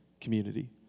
community